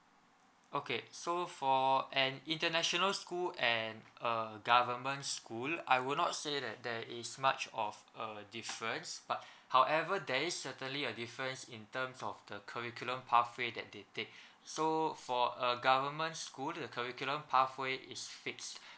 okay so for an international school and a government school I would not say that there is much of a difference but however there is certainly a difference in terms of the curriculum pathway that they take so for uh government school the curriculum pathway is fixed